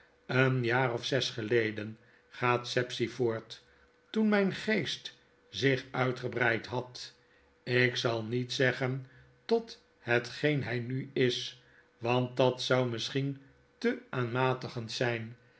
een jaar of zes geleden gaat sapsea voort toen mijn geest zich uitgebreid had ik zal niet zeggen tot hetgeen hy nu is want dat zou misschien te aanmatigend zyn